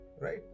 Right